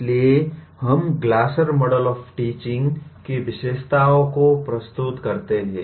इसलिए हम Glaser model of teaching की विशेषताओं को प्रस्तुत करते हैं